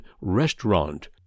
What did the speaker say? Restaurant